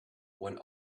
when